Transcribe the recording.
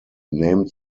named